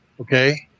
okay